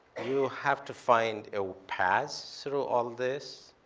you have to find a path through all this